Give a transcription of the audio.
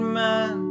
man